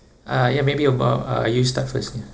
uh ya maybe about uh you start first ya